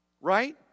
Right